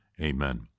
Amen